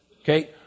okay